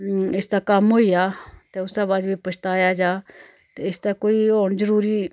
इसदा कम्म होई जा ते उसदे बाद जे पछताया जा ते इसदा कोई होन जरूरी